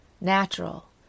natural